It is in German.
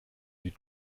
die